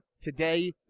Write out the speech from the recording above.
Today